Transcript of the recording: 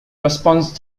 response